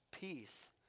peace